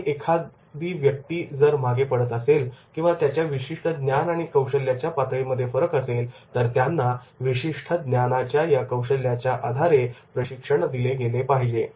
आणि जर एखादी व्यक्ती मागे पडत असेल किंवा त्याच्या विशिष्ट ज्ञान आणि कौशल्याच्या पातळीमध्ये फरक असेल तर त्यांना विशिष्ट ज्ञानाच्या या कौशल्याच्या आधारे प्रशिक्षण दिले पाहिजे